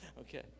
Okay